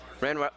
Ran